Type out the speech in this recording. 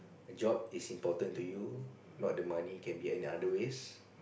a job is important to you not the money can be in other ways